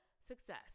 success